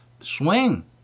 swing